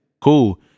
cool